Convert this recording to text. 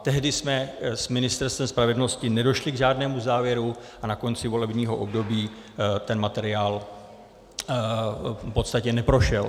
Tehdy jsme s Ministerstvem spravedlnosti nedošli k žádnému závěru a na konci volebního období ten materiál v podstatě neprošel.